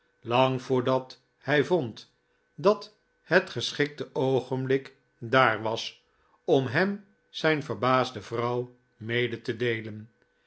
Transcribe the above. lang voordat hij vond dat het geschikte oogenblik dear was om hem zijn verbaasde vrouw mede te deelen